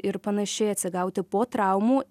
ir panašiai atsigauti po traumų